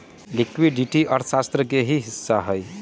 liquidity अर्थशास्त्र के ही हिस्सा हई